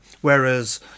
Whereas